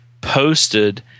posted